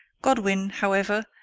godwin, however,